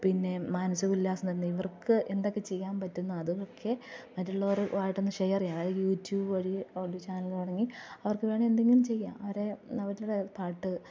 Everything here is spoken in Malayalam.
പിന്നെ മാനസിക ഉല്ലാസം തന്നെ ഇവര്ക്ക് എന്തൊക്കെ ചെയ്യാന് പറ്റുന്നൊ അതുമൊക്കെ മറ്റുള്ളവരുമായിട്ടൊന്നു ഷെയറ് ചെയ്യണം അതായത് യൂട്യൂബ് വഴി ഒരു ചാനല് തുടങ്ങി അവര്ക്ക് വേണമെങ്കിൽ എന്തെങ്കിലും ചെയ്യാം അവരെ അവരുടെ പാട്ട്